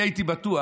אני הייתי בטוח